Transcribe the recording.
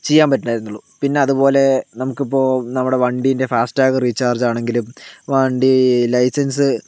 ചെയ്യാൻ പറ്റൂള്ളായിരുന്നുള്ളൂ പിന്നെ അതുപോലെ നമുക്ക് ഇപ്പോൾ നമ്മുടെ വണ്ടീൻ്റെ ഫാസ്റ്റാഗ് റീചാർജ് ആണെങ്കിലും വണ്ടി ലൈസെൻസ്